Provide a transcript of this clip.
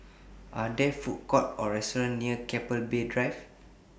Are There Food Courts Or restaurants near Keppel Bay Drive